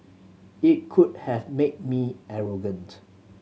it could have made me arrogant